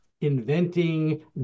inventing